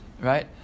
right